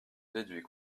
déduis